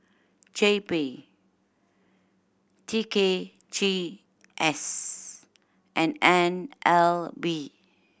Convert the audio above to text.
J P T K G S and N L B